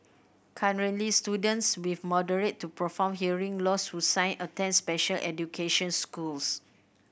currently students with moderate to profound hearing loss who sign attend special education schools